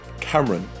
Cameron